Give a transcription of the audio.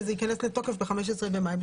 זה ייכנס לתוקף ב-15 במאי,